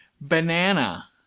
banana